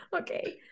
Okay